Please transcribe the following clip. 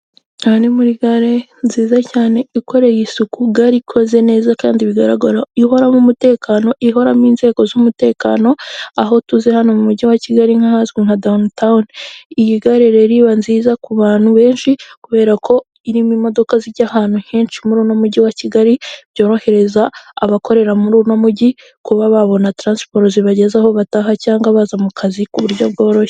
Aha ni muri gare nziza cyane ikoreye isuku gare ikoze neza kandi bigaragara ihoramo umutekano ihoramo inzego z'umutekano aho tuzi hano mu mujyi wa kigali nkahazwi nka downtown iyi gare rero iba nziza ku bantu benshi kubera ko irimo imodoka zijya ahantu henshi muri n'umujyi wa kigali byorohereza abakorera muri uno mujyi kuba babona transporos zibageza aho bataha cyangwa baza mu kazi ku buryo bworoshye.